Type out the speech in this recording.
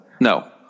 no